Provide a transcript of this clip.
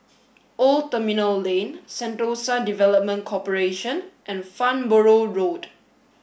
Old Terminal Lane Sentosa Development Corporation and Farnborough Road